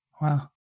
Wow